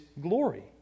glory